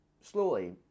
slowly